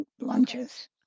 lunches